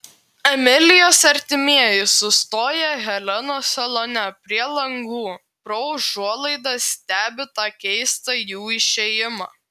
emilijos artimieji sustoję helenos salone prie langų pro užuolaidas stebi tą keistą jų išėjimą